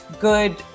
good